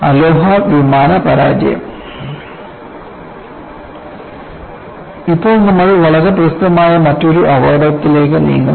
അലോഹ വിമാന പരാജയം ഇപ്പോൾ നമ്മൾ വളരെ പ്രസിദ്ധമായ മറ്റൊരു അപകടത്തിലേക്ക് നീങ്ങുന്നു